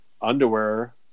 underwear